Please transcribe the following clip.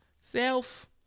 self